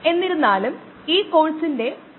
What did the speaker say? ധാന്യം മുതൽ ആൽഗകൾ ഇന്ധനങ്ങൾ മുതലായവയെക്കുറിച്ചുള്ളവ